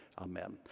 Amen